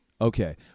okay